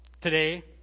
today